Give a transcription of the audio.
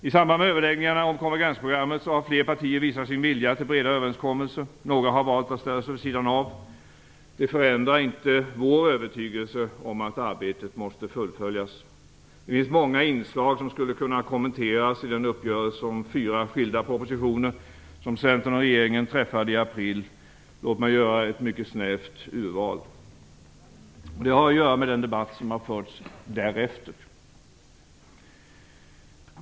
I samband med överläggningarna om konvergensprogrammet har fler partier visat sin vilja till breda överenskommelser, men några har valt att ställa sig vid sidan av. Men det förändrar inte vår övertygelse om att arbetet måste fullföljas. Det finns många inslag som skulle kunna kommenteras i den uppgörelse om fyra enskilda propositioner som Centern och regeringen träffade i april. Låt mig göra ett mycket snävt urval. Det har att göra med den debatt som har förts därefter.